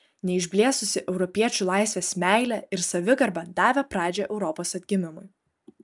neišblėsusi europiečių laisvės meilė ir savigarba davė pradžią europos atgimimui